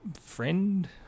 friend